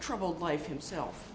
troubled life himself